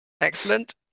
Excellent